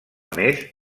més